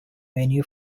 venue